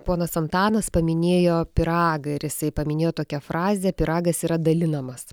ponas antanas paminėjo pyragą ir jisai paminėjo tokią frazę pyragas yra dalinamas